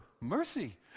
mercy